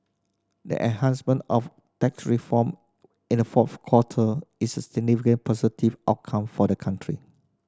the enactment of tax reform in the fourth quarter is a significant positive outcome for the country